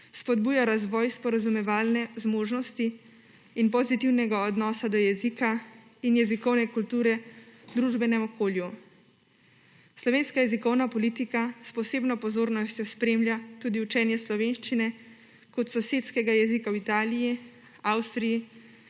spodbuja razvoj sporazumevalne zmožnosti in pozitivnega odnosa do jezika in jezikovne kulture v družbenem okolju. Slovenska jezikovna politika s posebno pozornostjo spremlja tudi učenje slovenščine kot sosedskega jezika v Italiji, Avstriji,